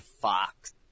fox